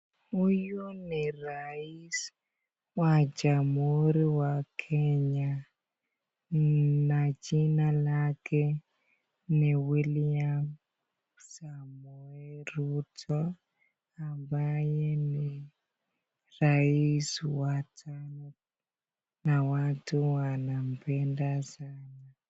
Huyu ni rais wa jamuhuri wa kenya na jina lake ni William Samoe Ruto ambaye ni rais wa tano na watu wanampenda sana.